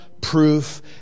proof